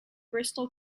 bristol